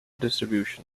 distribution